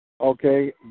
Okay